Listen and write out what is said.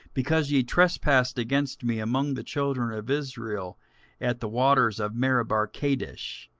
because ye trespassed against me among the children of israel at the waters of meribahkadesh,